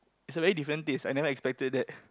it's a very different taste I never expected that